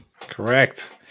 Correct